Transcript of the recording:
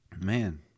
Man